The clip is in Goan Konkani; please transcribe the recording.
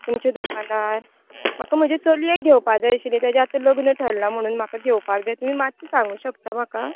तुमच्या दुकानार म्हाका म्हज्या चलयेक घेवपाक जाय आशिल्लें ताचें आतां लग्न थरला म्हणून म्हाका घेवपाक जाय तूं मातशें सांगूंक शकता म्हाका